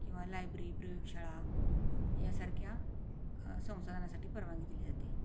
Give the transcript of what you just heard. किंवा लायब्ररी प्रयोगशाळा यासारख्या संसाधनासाठी परवानगी दिली जाते